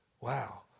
Wow